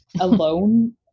alone